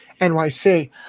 NYC